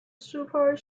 super